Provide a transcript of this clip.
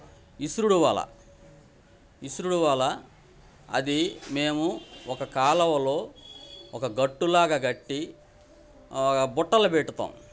ఇసురుడు వల ఇసురుడు వల అది మేము ఒక కాలవలో ఒక గట్టులాగా కట్టి బుట్టలు పెట్టుతాం